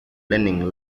learning